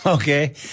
Okay